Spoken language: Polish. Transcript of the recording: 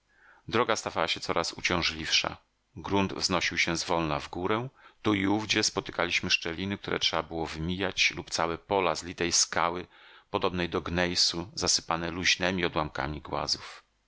droga stawała się coraz uciążliwszą grunt wznosił się zwolna w górę tu i ówdzie spotykaliśmy szczeliny które trzeba było wymijać lub całe pola z litej skały podobnej do gnejsu zasypane luźnemi odłamkami głazów